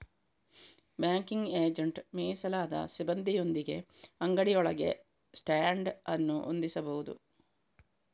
banking agent ಮೀಸಲಾದ ಸಿಬ್ಬಂದಿಯೊಂದಿಗೆ ಅಂಗಡಿಯೊಳಗೆ ಸ್ಟ್ಯಾಂಡ್ ಅನ್ನು ಹೊಂದಿಸಬಹುದು